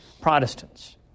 Protestants